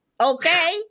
Okay